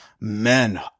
men